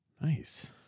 Nice